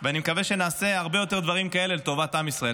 ואני מקווה שנעשה הרבה יותר דברים כאלה לטובת עם ישראל.